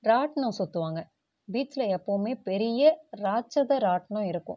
இராட்ணம் சுற்றுவாங்க பீச்சில் எப்போவுமே பெரிய இராட்சத இராட்ணம் இருக்கும்